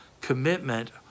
commitment